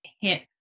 hit